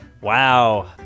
Wow